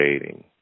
dating